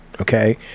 okay